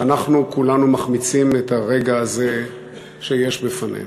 שאנחנו כולנו מחמיצים את הרגע הזה שיש בפנינו.